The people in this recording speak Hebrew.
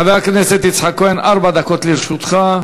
חבר הכנסת יצחק כהן, ארבע דקות לרשותך.